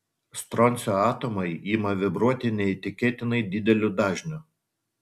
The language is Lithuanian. stroncio atomai ima vibruoti neįtikėtinai dideliu dažniu